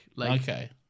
Okay